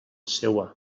seua